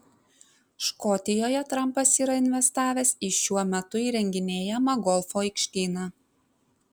škotijoje trampas yra investavęs į šiuo metu įrenginėjamą golfo aikštyną